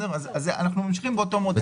אנחנו ממשיכים באותו מודל.